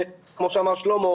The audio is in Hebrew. כמו שאמר שלמה,